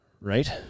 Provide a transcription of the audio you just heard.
Right